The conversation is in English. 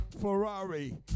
Ferrari